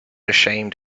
ashamed